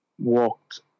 walked